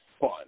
fun